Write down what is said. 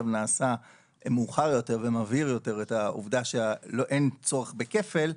נעשה מאוחר יותר ומבהיר יותר את העובדה שאין צורך בכפל,